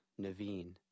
Naveen